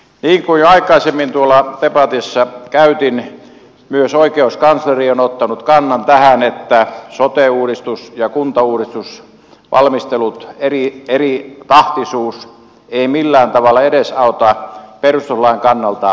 niin kuin aikaisemmin tuolla debatissa sanoin myös oikeuskansleri on ottanut kannan tähän että sote uudistus ja kuntauudistusvalmistelujen eritahtisuus ei millään tavalla edesauta perustuslain kannalta tätä ongelmaa